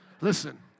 Listen